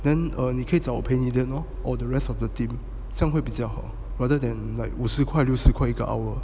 then err 你可以找我陪你练 or the rest of the team 这样会比较好 rather than like 五十块六十块一个 hour